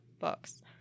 books